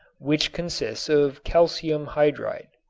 which consists of calcium hydride.